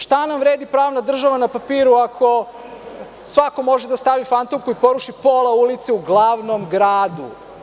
Šta nam vredi pravna država na papiru ako svako može da stavi fantomku i poruši pola ulice u glavnom gradu.